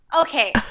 okay